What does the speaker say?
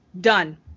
done